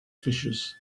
fissures